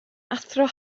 athro